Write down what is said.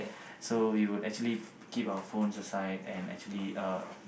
so we wold actually keep our phones aside and actually uh